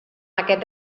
aquest